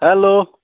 hello